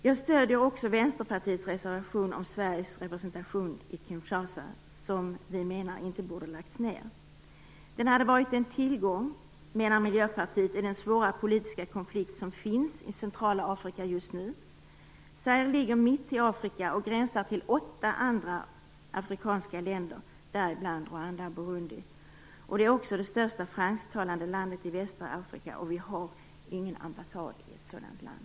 Jag stöder också Vänsterpartiets reservation om Sveriges representation i Kinshasa, som vi menar inte borde ha lagts ned. Den hade varit en tillgång, menar Miljöpartiet, i den svåra politiska konflikt som finns i centrala Afrika just nu. Zaire ligger mitt i Afrika och gränsar till åtta andra afrikanska länder, däribland Rwanda och Burundi. Det är också det största fransktalande landet i västra Afrika. Och vi saknar en ambassad i ett sådant land!